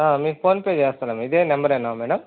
మీకు ఫోన్పే చేస్తాను ఇదే నెంబర్ ఏనా మేడం